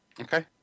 okay